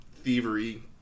Thievery